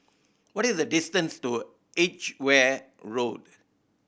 what is the distance to Edgeware Road